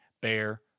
bear